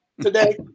today